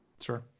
Sure